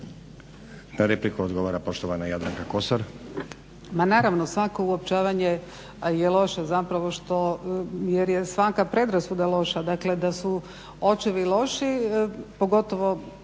Na repliku odgovara poštovana Jadranka Kosor. **Kosor, Jadranka (Nezavisni)** Ma naravno svako uopćavanje je loše zapravo što jer je svaka predrasuda loša, dakle da su očevi loši pogotovo